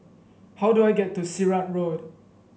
how do I get to Sirat Road